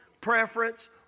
preference